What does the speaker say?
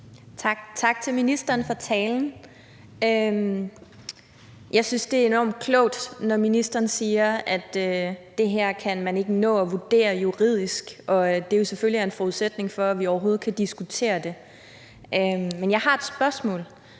Tak til ministeren for talen. Jeg synes, det er enormt klogt, når ministeren siger, at man ikke kan nå at vurdere det her juridisk, og at det jo selvfølgelig er en forudsætning for, at vi overhovedet kan diskutere det. Men jeg har et spørgsmål,